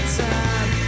time